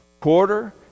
quarter